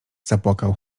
zapłakał